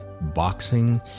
boxing